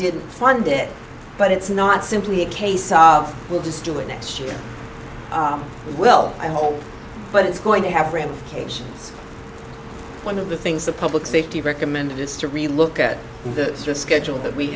didn't fund it but it's not simply a case of we'll just do it next year will i hope but it's going to have ramifications one of the things the public safety recommended is to really look at the schedule that we